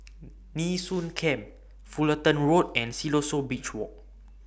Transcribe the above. Nee Soon Camp Fullerton Road and Siloso Beach Walk